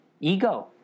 Ego